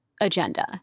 agenda